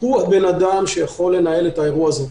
הוא האדם שיכול לנהל את האירוע הזה.